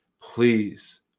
please